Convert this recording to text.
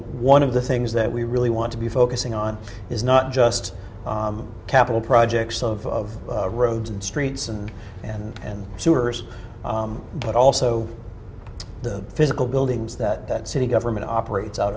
one of the things that we really want to be focusing on is not just capital projects of roads and streets and and and sewers but also the physical buildings that city government operates out